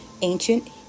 ancient